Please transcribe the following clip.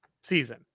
season